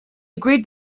agreed